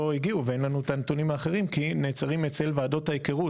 הגיעו ואין לנו את הנתונים האחרים כי נעצרים אצל ועדות ההיכרות,